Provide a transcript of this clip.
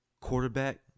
quarterback